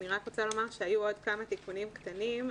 אני רוצה לומר שהיו עוד כמה תיקונים קטנים,